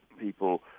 people